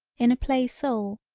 in a play sole,